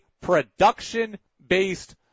production-based